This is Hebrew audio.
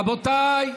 רבותיי,